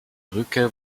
brücke